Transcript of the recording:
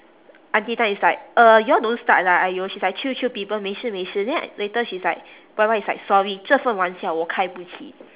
auntie tan is like uh you all don't start lah !aiyo! she's like chill chill people 没事没事 then later she's like Y_Y is like sorry 这份玩笑我开不起